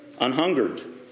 unhungered